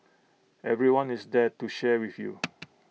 everyone is there to share with you